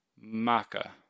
Maka